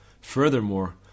Furthermore